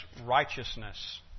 righteousness